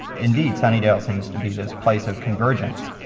indeed, sunnydale seems to be this place of convergence,